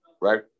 Right